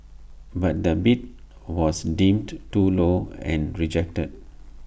but the bid was deemed too low and rejected